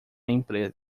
empresa